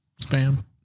spam